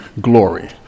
glory